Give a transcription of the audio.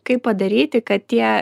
kaip padaryti kad tie